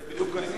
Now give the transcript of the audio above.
זה בדיוק העניין.